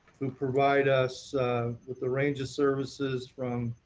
to provide us with the range of services from